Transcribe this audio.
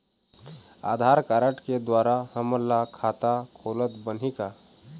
आधार card के द्वारा हमन ला खाता खोलत बनही का?